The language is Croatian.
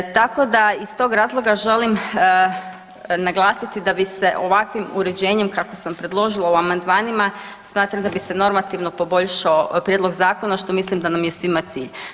Tako da iz tog razloga želim naglasiti da bi se ovakvim uređenjem kakve sam predložila u amandmanima, smatram da bi se normativno poboljšao prijedlog zakona, a što mislim da nam je svima cilj.